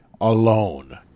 alone